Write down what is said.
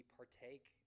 partake